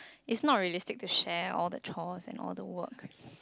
it's not realistic to share all the chores and all the work